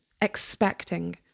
expecting